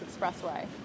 Expressway